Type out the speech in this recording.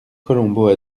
colombot